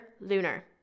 lunar